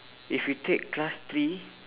if you take class three